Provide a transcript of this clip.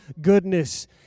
goodness